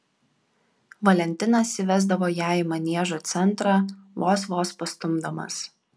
valentinas įvesdavo ją į maniežo centrą vos vos pastumdamas